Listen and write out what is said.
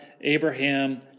Abraham